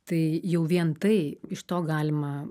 tai jau vien tai iš to galima